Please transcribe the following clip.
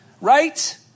Right